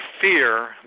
fear